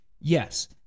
Yes